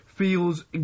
feels